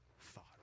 thought